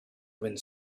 wind